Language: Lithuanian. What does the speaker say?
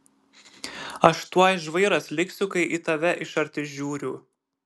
aš tuoj žvairas liksiu kai į tave iš arti žiūriu